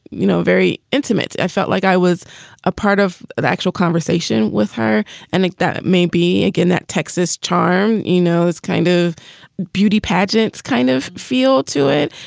you know, very intimate. i felt like i was a part of the actual conversation with her and like that maybe, again, that texas charm, you know, is kind of beauty pageants kind of feel to it.